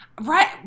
Right